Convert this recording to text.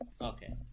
Okay